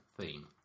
theme